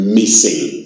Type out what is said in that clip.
missing